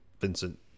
Vincent